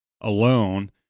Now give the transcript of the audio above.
alone